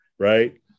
Right